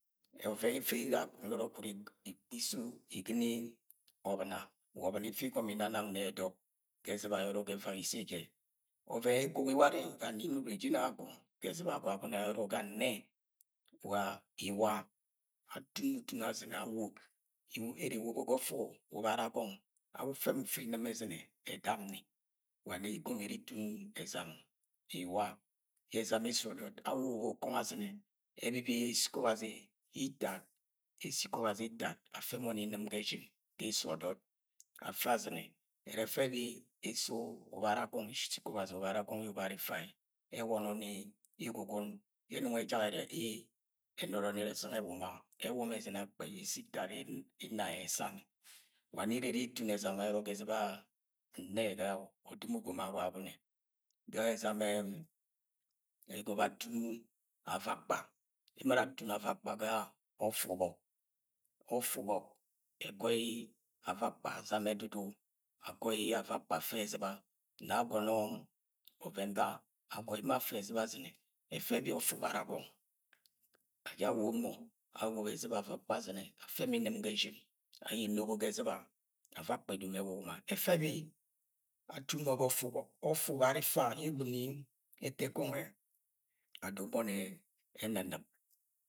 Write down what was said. Ovẹn yẹ iri ifi inna akọng, Nọrọ gwu ikpọ uso igane ga ọb̵ina ifi igọmọ inna nang na ẹdọk ga e̱z̵iba ga evak isẹ jẹ ọvẹn yẹ ekogi warẹ ga nẹ nne, nne jẹ ginang akọng ga ẹz̵iba Agwagune ayọrọ, ga nnẹ, wa iwa. Atun mọ utun az̵inẹ ano ìwa ere ewobo gọ ọfẹ ubara agong. Awọk ufẹ mọ ufẹ in̵im ẹz̵inẹ ẹdani. Wa nẹ igọmọ iri itun ẹzam iwa Yẹ ẹzam esud ọdọt, awobo kọng az̵inẹ ẹbibi eso ikọ Obazi itad. Ga eso ikọ Ọbazi itad afẹ mọni in̵im ga esh̵in edud ọdọt. Afẹ az̵inẹ. E̱rẹ ẹfẹ e̱bi eso ikọ Ọbazi ubara agọng, yẹ ubari-ifa ẹ, ẹwọnọni igwugw̵in yẹ ẹnọng ejak ẹrẹ ee! Enọrọni yẹ esang ẹwuma. E̱wuma e̱z̵ine, akpẹi yẹ eso yẹ itad ẹ ye̱ inna esani. Wa ne̱ ire iri itun ẹzam ayọrọ ga ẹz̵iba nne̱ ọd̵im ugom Agwagune Ga ẹzam ẹ, agọbẹ atun avakpa. Emo ara atun avakpa ga ọfẹ ubọk. Ga ọfẹ ubọk igọi avakpa, azama e̱dudu, ago̱i avakpa afẹ ga e̱z̵iba. No̱ agọnọ ọvẹn gange̱. Agọi mọ afẹ ẹz̵iba az̵inẹ, ẹfẹ ebi ọfẹ ubara agọng. Aja awobo mọ agọt. Awobo ẹz̵iba avakpa az̵inẹ, afẹ mọ in̵im ga ẹsh̵in. Ayẹ enobo ya ez̵iba. Avakpa edomo e̱wuwuma. E̱fe̱ ẹbi, atun mọ ga ọfẹ ubọk, ọfẹ ubari ifa yẹ egb̵ini ẹtẹkọngẹ adom moni ẹn̵ibn̵ib.